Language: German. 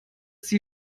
sie